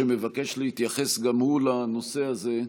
שמבקש גם הוא להתייחס לנושא הזה.